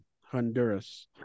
Honduras